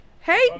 Hey